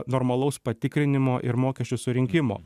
normalaus patikrinimo ir mokesčių surinkimo